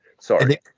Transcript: sorry